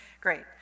great